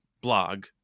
blog